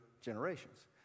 generations